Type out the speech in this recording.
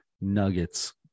nuggets